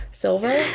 silver